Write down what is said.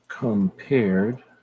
compared